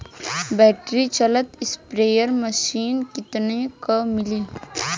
Battery चलत sprayer machine कितना क मिली?